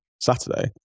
Saturday